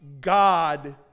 God